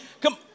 Come